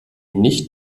nicht